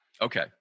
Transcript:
Okay